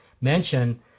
mention